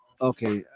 Okay